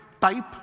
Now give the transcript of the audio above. type